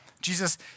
Jesus